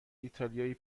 ایتالیایی